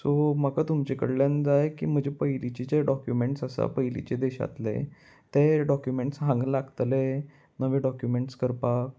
so म्हाका तुमचे कडल्यान जाय की म्हजे पयलींचे जे डॉक्युमेंट्स आसा पयलींचे देशातले ते डॉक्युमेंट्स हांगा लागतले नवे डॉक्युमेंट्स करपाक